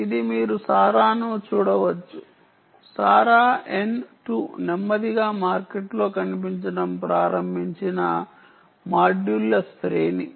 ఇది మీరు సారాను చూడవచ్చు sara n 2 నెమ్మదిగా మార్కెట్లో కనిపించడం ప్రారంభించిన మాడ్యూళ్ల శ్రేణి